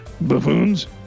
Buffoons